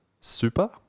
super